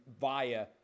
via